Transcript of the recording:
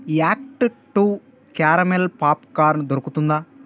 act two caramel popcorn దొరుకుతుందా